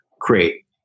create